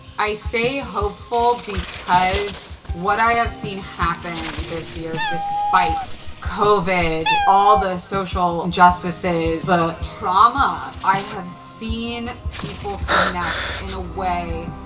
i say hopeful because what i have seen happen this year, despite covid, all the social justices, the ah trauma, i have seen people connect in a way,